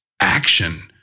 action